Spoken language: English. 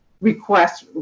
request